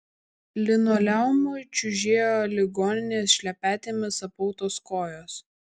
linoleumu čiužėjo ligoninės šlepetėmis apautos kojos